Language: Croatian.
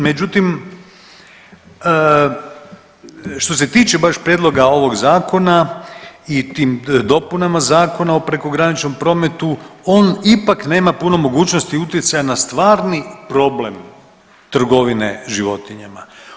Međutim, što se tiče baš prijedloga ovog zakona i tim dopunama Zakona o prekograničnom prometu on ipak nema puno mogućnosti utjecaja na stvarni problem trgovine životinjama.